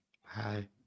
Hi